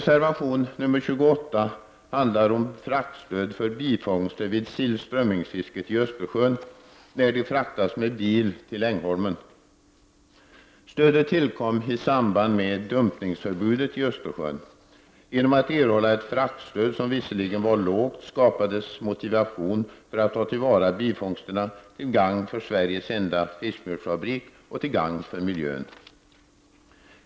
Genom att ge ett fraktstöd — som visserligen var lågt — skapades motivation att ta till vara bifångsterna till gagn för Sveriges enda fiskmjölfabrik och till gagn för miljön.